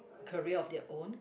career of their own